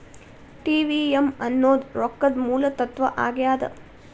TVM ಅನ್ನೋದ್ ರೊಕ್ಕದ ಮೂಲ ತತ್ವ ಆಗ್ಯಾದ